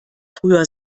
früher